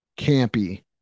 campy